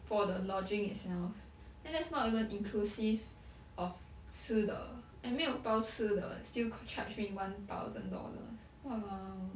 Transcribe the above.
for the lodging itself and that's not even inclusive of 吃的 like 没有包吃的 still co~ charge me one thousand dollars !walao!